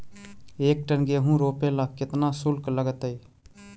एक टन गेहूं रोपेला केतना शुल्क लगतई?